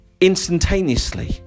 instantaneously